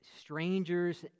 strangers